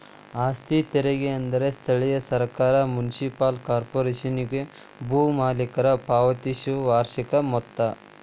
ಆಸ್ತಿ ತೆರಿಗೆ ಅಂದ್ರ ಸ್ಥಳೇಯ ಸರ್ಕಾರ ಮುನ್ಸಿಪಲ್ ಕಾರ್ಪೊರೇಶನ್ಗೆ ಭೂ ಮಾಲೇಕರ ಪಾವತಿಸೊ ವಾರ್ಷಿಕ ಮೊತ್ತ